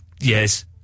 Yes